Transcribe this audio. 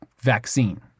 vaccine